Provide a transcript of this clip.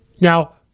Now